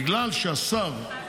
בגלל שהשר,